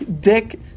Dick